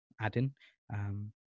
add-in